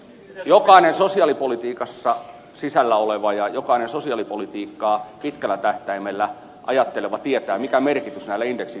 jokainen sosiaalipolitiikassa sisällä oleva ja jokainen sosiaalipolitiikkaa pitkällä tähtäimellä ajatteleva tietää mikä merkitys näillä indeksiin sitomisilla on